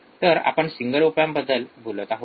तर आपण single op amp बद्दल बोलत आहोत